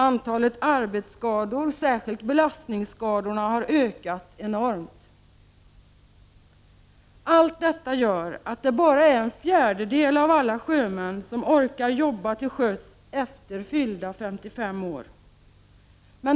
Antalet arbetsskador, särskilt belastningsskador, har ökat enormt. Allt detta gör att det bara är en fjärdedel av alla sjömän som orkar jobba till sjöss efter fyllda 55 år.